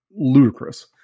ludicrous